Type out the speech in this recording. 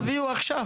תביאו עכשיו.